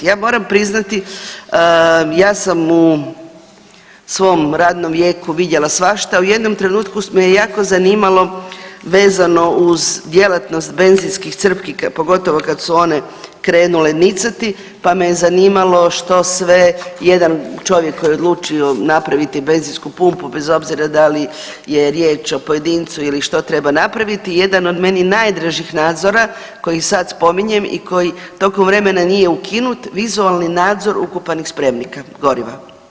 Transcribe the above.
Ja moram priznati ja sam u svom radnom vijeku vidjela svašta, u jednom trenutku me je jako zanimalo vezano uz djelatnost benzinskih crpki pogotovo kad su one krenule nicati pa me je zanimalo što sve jedan čovjek koji je odlučio napraviti benzinsku pumpu bez obzira da li je riječ o pojedincu ili što treba napraviti, jedan od meni najdražih nadzora koji sad spominjem i koji tokom vremena nije ukinut vizualni nadzor ukopanih spremnika goriva.